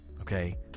okay